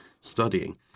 studying